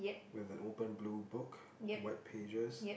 we've an open blue book white pages